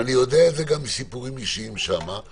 ואני יודע את זה גם מסיפורים אישיים שם,